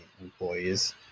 employees